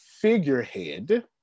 figurehead